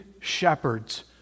shepherds